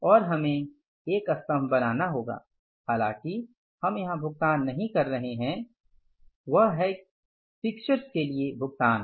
और हमें एक स्तम्भ बनाना होगा हालांकि हम यहां भुगतान नहीं कर रहे हैं वह है कि फिक्स्चर्स के लिए भुगतान